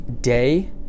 day